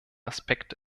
aspekt